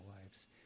lives